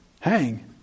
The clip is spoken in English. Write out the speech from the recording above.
hang